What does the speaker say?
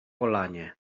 polanie